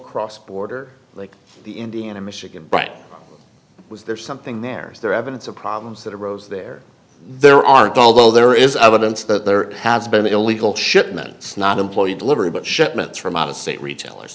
cross border like the indiana michigan bright was there something there is there evidence of problems that arose there there are gold though there is evidence that there has been illegal shipments not employee delivery but shipments from out of state retailers